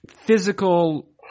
physical